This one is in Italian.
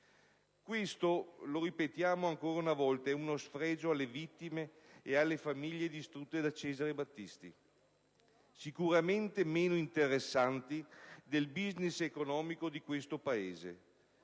decisione, lo ripetiamo ancora una volta, è uno sfregio alle vittime e alle famiglie distrutte da Cesare Battisti, sicuramente meno interessanti del *business* economico di questo Paese.